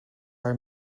are